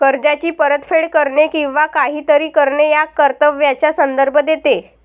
कर्जाची परतफेड करणे किंवा काहीतरी करणे या कर्तव्याचा संदर्भ देते